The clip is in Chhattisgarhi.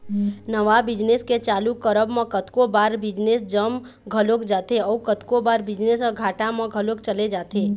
नवा बिजनेस के चालू करब म कतको बार बिजनेस जम घलोक जाथे अउ कतको बार बिजनेस ह घाटा म घलोक चले जाथे